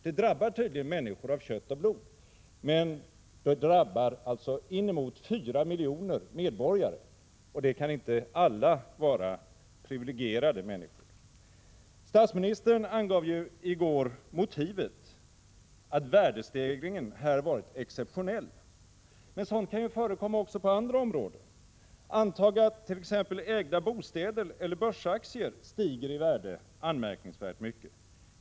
Den drabbar tydligen människor av kött och blod. Men den drabbar inemot 4 miljoner medborgare, och de kan inte alla vara privilegierade. Statsministern angav ju i går motivet — att värdestegringen här varit exceptionell. Men sådant kan ju förekomma också på andra områden. Antag att t.ex. ägda bostäder eller börsaktier stiger i värde anmärkningsvärt mycket.